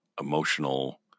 emotional